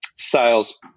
Sales